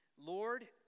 Lord